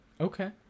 Okay